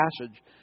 passage